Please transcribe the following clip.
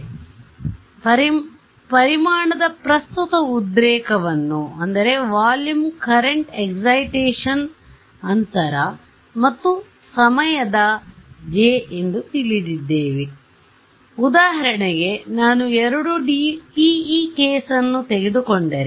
ಆದ್ದರಿಂದ ಪರಿಮಾಣದ ಪ್ರಸ್ತುತ ಉದ್ರೇಕವನ್ನು ಅಂತರ ಮತ್ತು ಸಮಯದ J ಎಂದು ತಿಳಿದಿದ್ದೇವೆ ಆದ್ದರಿಂದ ಉದಾಹರಣೆಗೆ ನಾನು 2D TE ಕೇಸ್ ಅನ್ನು ತೆಗೆದುಕೊಂಡರೆ